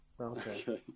Okay